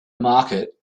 market